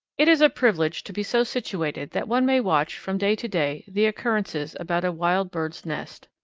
it is a privilege to be so situated that one may watch from day to day the occurrences about a wild bird's nest.